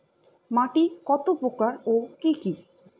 মাটি কত প্রকার ও কি কি?